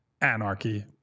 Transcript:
anarchy